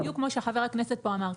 בדיוק כמו שחבר הכנסת פה אמר.